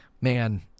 man